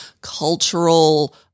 cultural